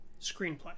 screenplay